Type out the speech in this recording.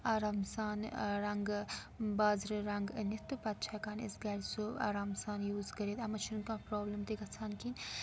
آرام سان رَنگہٕ بازرٕ رَنگہ أنِتھ تہٕ پَتہٕ چھِ ہٮ۪کان أسۍ گَرِ سُہ آرام سان یوٗز کٔرِتھ اَتھ منٛز چھُنہٕ کانٛہہ پرٛابلِم تہِ گژھان کِہیٖنۍ